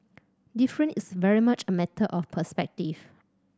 different is very much a matter of perspective